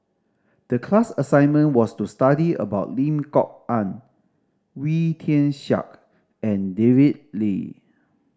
the class assignment was to study about Lim Kok Ann Wee Tian Siak and David Lee